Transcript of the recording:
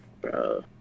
Bro